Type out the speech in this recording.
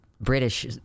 British